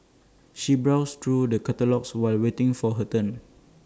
she browsed through the catalogues while waiting for her turn